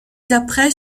d’après